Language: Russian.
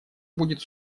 будет